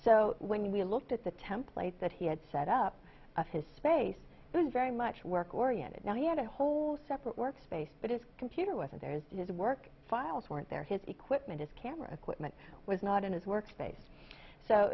so when we looked at the template that he had set up of his space was very much work oriented now he had a whole separate workspace but his computer wasn't theirs his work files weren't there his equipment as camera equipment was not in his workspace so